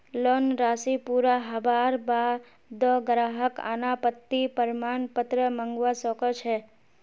loan राशि पूरा हबार बा द ग्राहक अनापत्ति प्रमाण पत्र मंगवा स ख छ